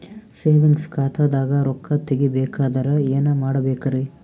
Savings ಖಾತಾದಾಗ ರೊಕ್ಕ ತೇಗಿ ಬೇಕಾದರ ಏನ ಮಾಡಬೇಕರಿ?